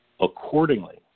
Accordingly